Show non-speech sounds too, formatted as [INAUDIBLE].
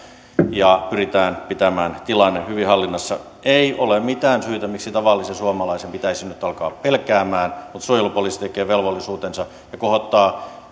ja pyritään pitämään tilanne hyvin hallinnassa ei ole mitään syytä miksi tavallisen suomalaisen pitäisi nyt alkaa pelkäämään mutta suojelupoliisi tekee velvollisuutensa ja kohottaa [UNINTELLIGIBLE]